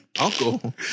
uncle